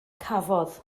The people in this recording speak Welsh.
cafodd